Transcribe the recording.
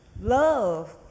love